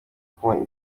kunywa